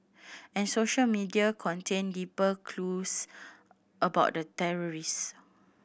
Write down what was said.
and social media contained deeper clues about the terrorist